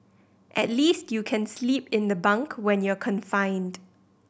at least you can sleep in the bunk when you're confined